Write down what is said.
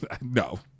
No